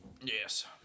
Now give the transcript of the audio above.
Yes